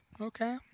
Okay